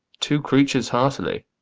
two creatures heartily.